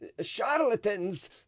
charlatans